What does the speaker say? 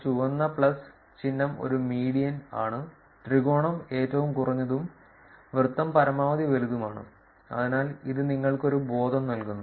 ചുവന്ന പ്ലസ് ചിഹ്നം ഒരു മീഡിയൻ ആണ് ത്രികോണം ഏറ്റവും കുറഞ്ഞതും വൃത്തം പരമാവധി വലതുമാണ് അതിനാൽ ഇത് നിങ്ങൾക്ക് ഒരു ബോധം നൽകുന്നു